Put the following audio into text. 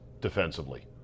defensively